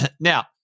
now